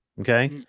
Okay